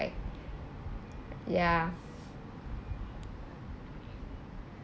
cry ya